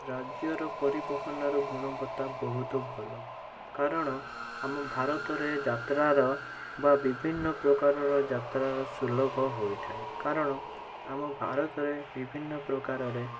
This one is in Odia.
ରାଜ୍ୟର ପରିବହନର ଗୁଣବତ୍ତା ବହୁତ ଭଲ କାରଣ ଆମ ଭାରତରେ ଯାତ୍ରାର ବା ବିଭିନ୍ନ ପ୍ରକାରର ଯାତ୍ରାର ସୁଲଭ ହୋଇଥାଏ କାରଣ ଆମ ଭାରତରେ ବିଭିନ୍ନ ପ୍ରକାରରେ